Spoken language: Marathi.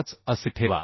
5 असे ठेवा